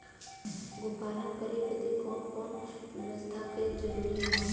गोपालन करे बदे कवन कवन व्यवस्था कइल जरूरी ह?